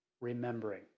remembering